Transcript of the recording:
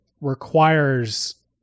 requires